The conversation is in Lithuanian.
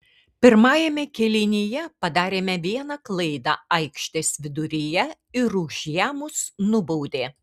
pirmajame kėlinyje padarėme vieną klaidą aikštės viduryje ir už ją mus nubaudė